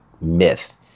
myth